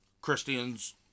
Christians